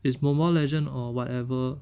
its mobile legend or whatever